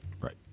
right